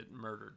murdered